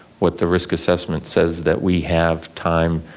what the risk assessment says that we have time,